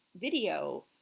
video